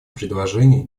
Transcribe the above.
предложения